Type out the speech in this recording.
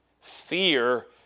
Fear